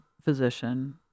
physician